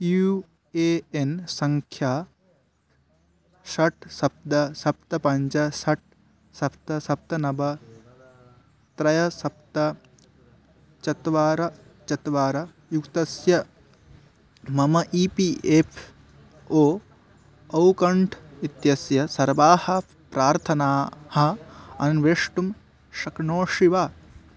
U A N सङ्ख्या षट् सप्त सप्त पञ्च षट् सप्त सप्त नव त्रीणि सप्त चत्वारि चत्वारि युक्तस्य मम E P F O account इत्यस्य सर्वाः प्रार्थनाः अन्वेष्टुं शक्नोषि वा